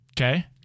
Okay